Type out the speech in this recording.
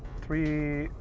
three,